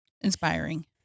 inspiring